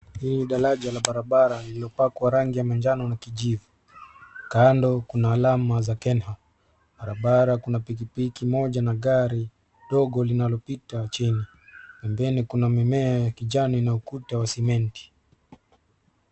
Hili ni daraja la barabara lililopakwa rangi ya manjano na kijivu. Kando kuna alama za Kenha. Barabara kuna pikipiki moja na gari dogo linalopita chini. Pembeni kuna mimea ya kijani na ukuta wa cement .